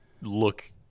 look